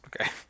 Okay